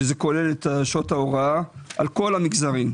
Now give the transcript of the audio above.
שזה כולל את שעות ההוראה על כל המגזרים,